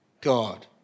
God